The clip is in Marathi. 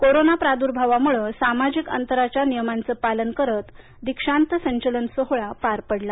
कोरोना प्रादुर्भावामुळे सामाजिक अंतराच्या नियमांचं पालन करत दीक्षांत संचलन सोहळा पार पडला